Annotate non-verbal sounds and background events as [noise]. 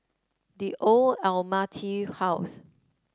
The Old [unintelligible] House